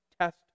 test